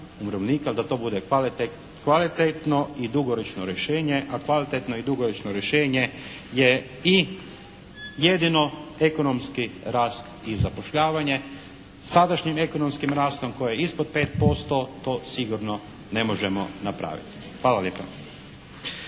da to bude kvalitetno i dugoročno rješenje. A kvalitetno i dugoročno rješenje je i jedino ekonomski rast i zapošljavanje. Sadašnjim ekonomskim rastom koji je ispod 5% to sigurno ne možemo napraviti. Hvala lijepa.